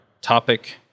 topic